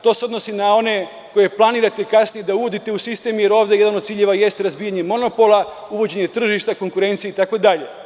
To se odnosi na one koje planirate kasnije da uvodite u sistem, jer ovde jedan od ciljeva jeste razbijanje monopola, uvođenje tržišta, konkurencije itd.